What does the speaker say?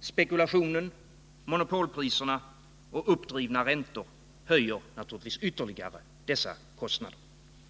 Spekulationen, monopolpriserna och de uppdrivna räntorna höjer naturligtvis dessa kostnader ytterligare.